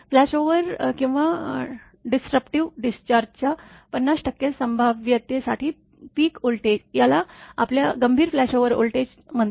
flashover किंवा disruptive डिस्चार्जच्या 50 टक्के संभाव्यते साठी पीक व्होल्टेज याला आपल्या गंभीर फ्लॅशओव्हर व्होल्टेज म्हणतात